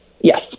yes